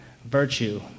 virtue